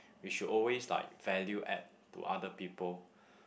we should always like value add to other people